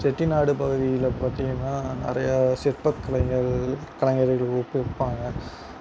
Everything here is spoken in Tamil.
செட்டிநாடு பகுதியில் பார்த்திங்கன்னா நிறையா சிற்பக்கலைங்கள் கலைஞர்கள் ஊக்குவிப்பாங்க